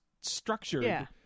structured